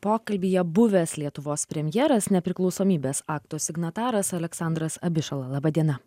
pokalbyje buvęs lietuvos premjeras nepriklausomybės akto signataras aleksandras abišala laba diena